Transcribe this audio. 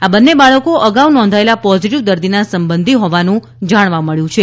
આ બંને બાળકો અગાઉ નોંધાયેલા પોઝિટિવ દર્દીના સંબંધી હોવાનું જાણવા મબ્યું છે